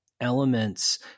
elements